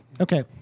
Okay